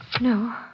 No